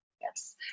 yes